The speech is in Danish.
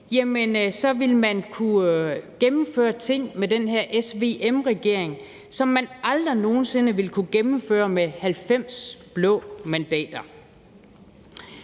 så ville kunne gennemføre ting med den her SVM-regering, som man aldrig nogen sinde ville kunne gennemføre med 90 blå mandater.